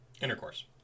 intercourse